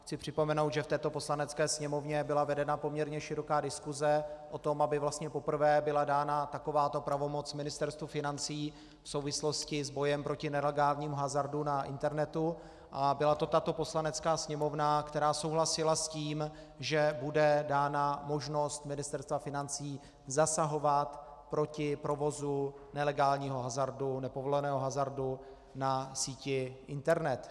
Chci připomenout, že v této Poslanecké sněmovně byla vedena poměrně široká diskuse o tom, aby vlastně poprvé byla dána takováto pravomoc Ministerstvu financí v souvislosti s bojem proti nelegálnímu hazardu na internetu, a byla to tato Poslanecká sněmovna, která souhlasila s tím, že bude dána možnost Ministerstva financí zasahovat proti provozu nelegálního hazardu, nepovoleného hazardu na síti internet.